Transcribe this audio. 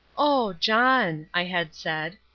oh, john, i had said,